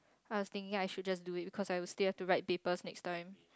I was thinking I should just do it because I will still have to write papers next time